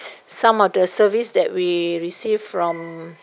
some of the service that we receive from